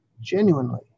genuinely